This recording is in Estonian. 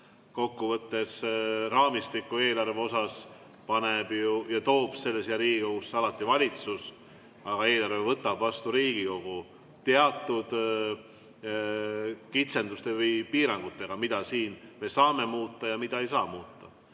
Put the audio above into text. Kokkuvõttes, raamistiku eelarve suhtes paneb [kokku] ja toob Riigikogusse alati valitsus, aga eelarve võtab vastu Riigikogu teatud kitsenduste või piirangutega, mida me saame muuta või mida me ei saa muuta.